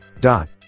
dot